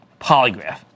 polygraph